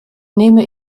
nehme